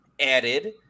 added